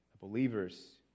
believers